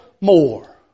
more